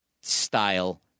style